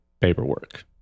paperwork